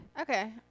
Okay